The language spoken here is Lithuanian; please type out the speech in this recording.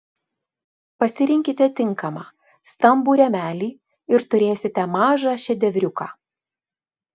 pasirinkite tinkamą stambų rėmelį ir turėsite mažą šedevriuką